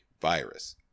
virus